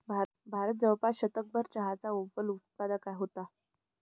भारत जवळपास शतकभर चहाचा अव्वल उत्पादक होता